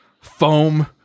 Foam